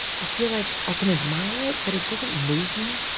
i feel like i can admire it but it doesn't move me.